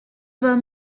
were